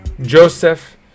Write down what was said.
Joseph